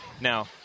Now